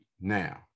now